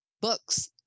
books